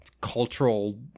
cultural